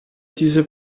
diese